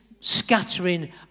scattering